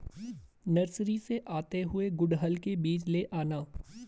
nursery से आते हुए गुड़हल के बीज ले आना